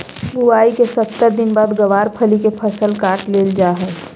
बुआई के सत्तर दिन बाद गँवार फली के फसल काट लेल जा हय